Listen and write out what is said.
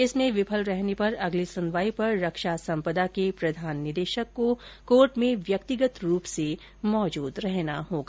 इसमें विफल रहने पर अगली सुनवाई पर रक्षा संपदा के प्रधान निदेशक को कोर्ट में व्यक्तिगत रूप से उपस्थित रहना होगा